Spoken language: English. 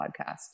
podcast